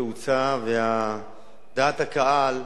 תאוצה, ודעת הקהל,